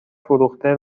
فروخته